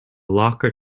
locker